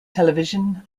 television